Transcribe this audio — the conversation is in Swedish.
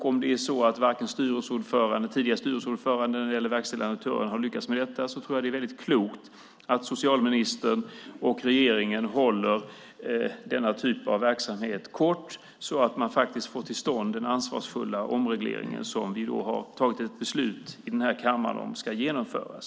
Om det är så att varken tidigare styrelseordföranden eller verkställande direktören har lyckats med detta tror jag att det är väldigt klokt att socialministern och regeringen håller denna typ av verksamhet kort så att man faktiskt får till stånd den ansvarsfulla omreglering som vi har tagit beslut i den här kammaren om ska genomföras.